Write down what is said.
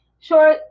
sure